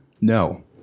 No